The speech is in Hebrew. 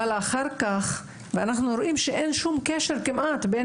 אבל אחר כך אנחנו רואים שאין כמעט שום קשר בין